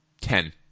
Ten